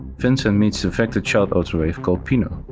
vincent meets the infected child autoreiv called pino,